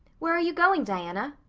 where are you going, diana?